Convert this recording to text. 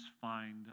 find